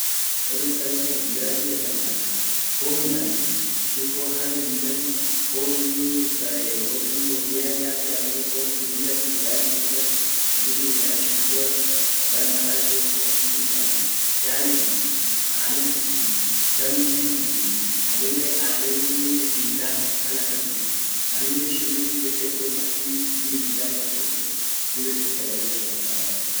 Wor Italian viazi akan nyaata .fon nyaati, ishin fon harre didati, fon wonnia hinyaati, amminen fon biridhati, midan biridhati, amminen midan shushuatimidan maragean tan fa kullihin nyaati chai dudhi ,annen dudhi, damminen hindudhi, amminen anen < hesitation. silla tan akan dudhi amminen ishin dib ete won aki greens kannen hin tumieti. dib ete sagale ishian kasa hindabenu.